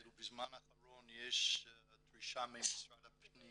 אפילו בזמן האחרון יש דרישה ממשרד הפנים